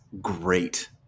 great